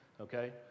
Okay